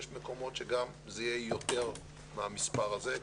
יש מקומות שזה יהיה יותר מהמספר הזה,